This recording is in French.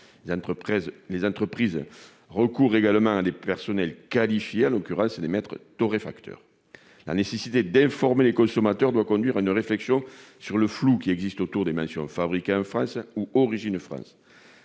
Les entreprises recourent également à des personnels qualifiés, en l'occurrence à des maîtres torréfacteurs. La nécessité d'informer les consommateurs doit conduire à une réflexion sur le flou qui existe autour des mentions « fabriqué en France » ou « origine France ».